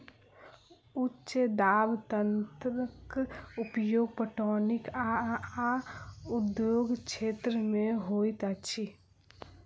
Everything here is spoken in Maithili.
उच्च दाब यंत्रक उपयोग पटौनी आ उद्योग क्षेत्र में होइत अछि